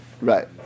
right